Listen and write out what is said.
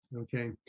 Okay